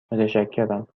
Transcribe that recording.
متشکرم